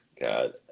God